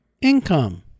income